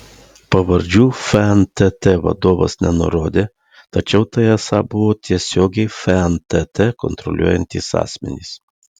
pavardžių fntt vadovas nenurodė tačiau tai esą buvo tiesiogiai fntt kontroliuojantys asmenys